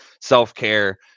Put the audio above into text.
self-care